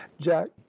jack